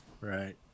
right